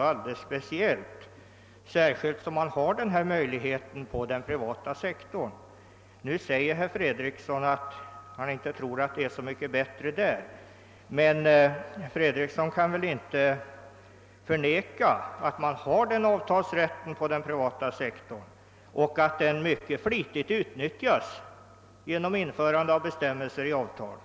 Inom den privata sektorn finns ju redan möjligheten till förhandlingsrätt för de anställda. Herr Fredriksson sade att han inte tror att det är så mycket bättre ordnat där. Men han kan väl ändå inte förneka att denna avtalsrätt finns på den privata sektorn och att den utnyttjas mycket flitigt genom de bestämmelser som är införda i avtalet.